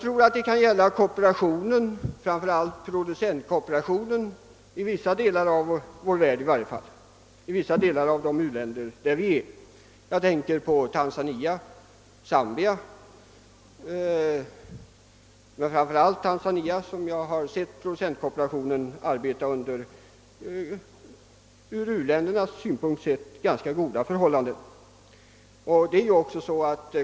Detsamma gäller också för kooperationen, framför allt för konsumentkooperationen i vissa av de u-länder där vi nu arbetar. Jag tänker då på Zambia och, framför allt, på Tanzania där jag har sett konsumentkooperationen arbeta under ganska goda förhållanden ur u-ländernas synpunkt.